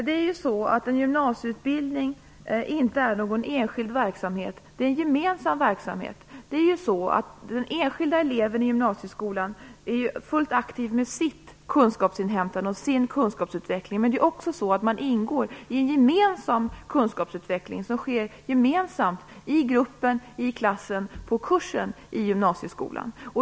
Herr talman! En gymnasieutbildning är ju inte någon enskild verksamhet utan en gemensam. Den enskilde eleven i gymnasieskolan är fullt aktiv med sitt kunskapsinhämtande och sin kunskapsutveckling men ingår samtidigt i en gemensam kunskapsutveckling som sker gemensamt i gruppen, i klassen eller på kursen i gymnasieskolan.